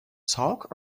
talk